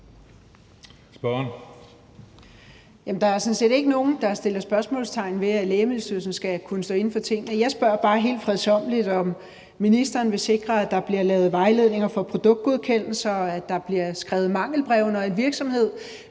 der er sådan set ikke nogen, der sætter spørgsmålstegn ved, at Lægemiddelstyrelsen skal kunne stå inde for tingene. Jeg spørger bare helt fredsommeligt, om ministeren vil sikre, at der bliver lavet vejledninger for produktgodkendelser, og at der bliver skrevet mangelbreve, når en virksomhed